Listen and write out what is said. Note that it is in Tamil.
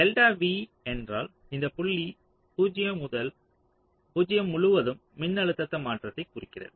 டெல்டா V என்றால் இந்த புள்ளி 0 முழுவதும் மின்னழுத்த மாற்றத்தை குறிக்கிறது